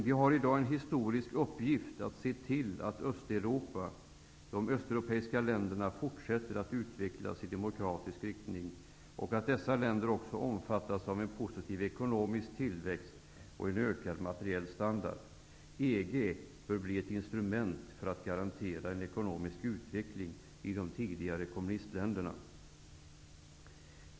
Vi har i dag en historisk uppgift att se till att de östeuropeiska länderna fortsätter att utvecklas i demokratisk riktning och att dessa länder också omfattas av en positiv ekonomisk tillväxt och en ökad materiell standard. EG bör bli ett instrument för att garantera en ekonomisk utveckling i de tidigare kommunistländerna.